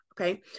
Okay